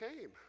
came